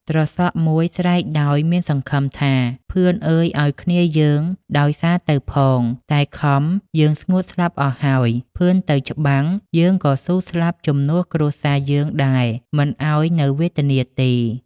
ត្រសក់មួយស្រែកដោយមានសង្ឃឹមថា “ ភឿនអើយឱ្យគ្នាយើងដោយសារទៅផង តែ ខំយើងស្ងួតស្លាប់អស់ហើយ ភឿនទៅច្បាំងយើងក៏ស៊ូស្លាប់ជំនួសគ្រួសារយើងដែរ មិនឱ្យនៅវេទនាទេ ” ។